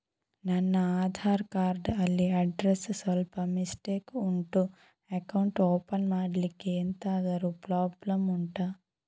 ನನ್ನ ಆಧಾರ್ ಕಾರ್ಡ್ ಅಲ್ಲಿ ಅಡ್ರೆಸ್ ಸ್ವಲ್ಪ ಮಿಸ್ಟೇಕ್ ಉಂಟು ಅಕೌಂಟ್ ಓಪನ್ ಮಾಡ್ಲಿಕ್ಕೆ ಎಂತಾದ್ರು ಪ್ರಾಬ್ಲಮ್ ಉಂಟಾ